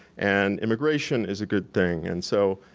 and immigration is a good thing. and so